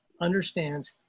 understands